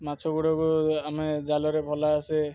ମାଛ ଗୁଡ଼ାକୁ ଆମେ ଜାଲରେ ଭଲ ଆସେ